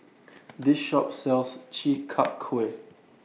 This Shop sells Chi Kak Kuih